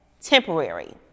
temporary